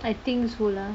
I think so lah